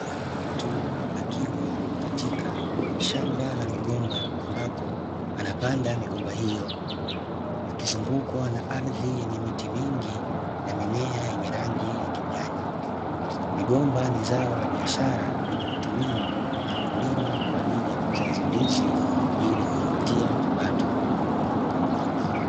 Mtu akiwa katika shamba la migomba ambako anapanda migomba hiyo akizungumza na ardhi yenye miti mingi na mimea yenye rangi ya kijani. Migomba ni zao la biashara linaotumiwa na wakulima kwa ajili ya kuuza hizo ndizi kwa ajili ya kujipatia kipato.